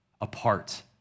apart